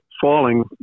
falling